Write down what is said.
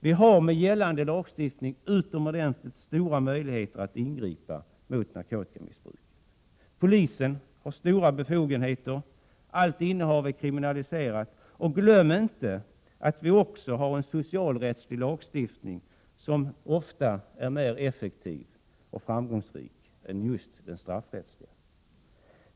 Vi har med gällande lagstiftning utomordentligt stora möjligheter att ingripa mot narkotikamissbruk. Polisen har stora befogenheter. Allt innehav är kriminaliserat. Glöm inte att vi också har en socialrättslig lagstiftning, som ofta är mer effektiv och framgångsrik än just den straffrättsliga.